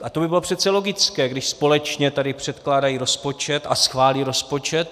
A to by bylo přece logické, když společně tady předkládají rozpočet a schválí rozpočet.